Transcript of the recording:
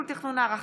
בנושא: